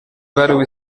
ibaruwa